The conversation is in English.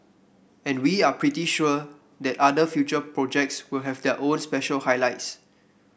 and we are pretty sure that other future projects will have their own special highlights